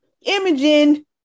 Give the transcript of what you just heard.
imogen